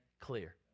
clear